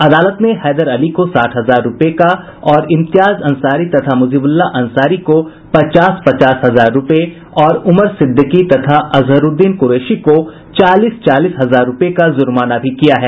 अदालत ने हैदर अली को साठ हजार रुपये का और इम्तियाज अंसारी तथा मुजिबुल्लाह अंसारी को पचास पचास हजार रुपये और उमर सिद्दीकी तथा अजहरउद्दीन कुरैशी को चालीस चालीस हजार रुपये का जुर्माना भी किया है